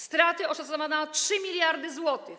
Straty oszacowano na 3 mld zł.